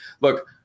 look